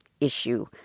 issue